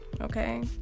okay